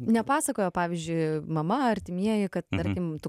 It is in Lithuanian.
nepasakojo pavyzdžiui mama artimieji kad tarkim tu